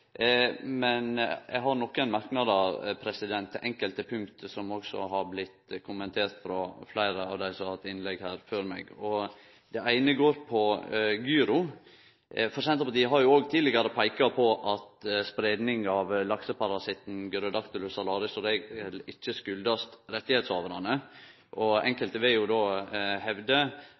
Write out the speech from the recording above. men eg har nokre merknader til enkelte punkt, som også er blitt kommenterte av fleire av dei som har hatt innlegg her før meg. Det eine gjeld gyro. Senterpartiet har jo òg tidlegare peika på at det ikkje er rettshavarane som er skuldige i spreiinga av lakseparasitten Gyrodactylus salaris. Enkelte vil då hevde at det